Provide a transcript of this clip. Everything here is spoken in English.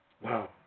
Wow